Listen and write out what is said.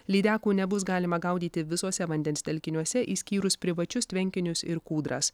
lydekų nebus galima gaudyti visuose vandens telkiniuose išskyrus privačius tvenkinius ir kūdras